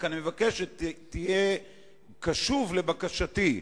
רק אני מבקש שתהיה קשוב לבקשתי.